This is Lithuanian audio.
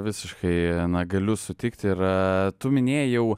visiškai na galiu sutikt ir tu minėjai jau